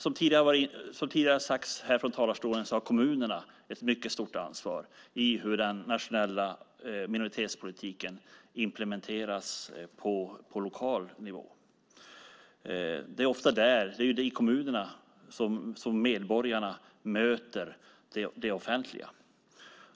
Som tidigare har sagts här från talarstolen har kommunerna ett mycket stort ansvar i hur den nationella minoritetspolitiken implementeras på lokal nivå. Det är ofta i kommunerna som medborgarna möter det offentliga.